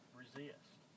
resist